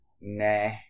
nah